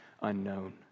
unknown